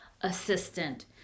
assistant